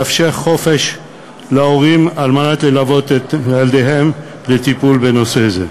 לאפשר חופש להורים על מנת ללוות את ילדיהם לטיפול זה.